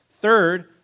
Third